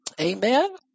Amen